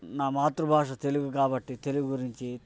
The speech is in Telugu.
నా మాతృభాష తెలుగు కాబట్టి తెలుగు గురించి